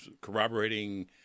corroborating